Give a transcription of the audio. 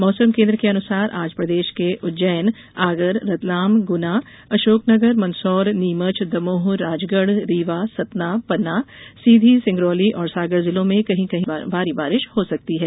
मौसम केन्द्र के अनुसार आज प्रदेश के उज्जैन आगर रतलाम गुना अशोकनगर मंदसौर नीमच दमोह राजगढ़ रीवा सतना पन्ना सीधी सिंगरौली और सागर जिलों में कहीं कहीं भारी बारिश हो सकती है